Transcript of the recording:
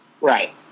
Right